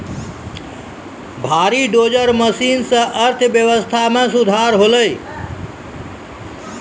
भारी dozer machine सें अर्थव्यवस्था मे सुधार होलय